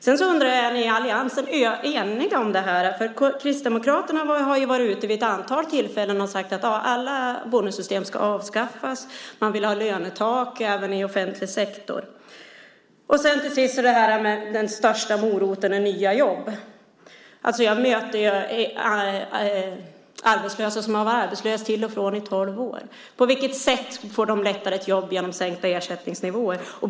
Sedan undrar jag: Är ni i alliansen eniga om det här? Kristdemokraterna har ju vid ett antal tillfällen varit ute och sagt att alla bonussystem ska avskaffas och att man vill ha lönetak även i offentlig sektor. Till sist är det detta med att den största moroten är nya jobb. Jag möter människor som har varit arbetslösa till och från i tolv år. På vilket sätt får de lättare ett jobb genom sänkta ersättningsnivåer?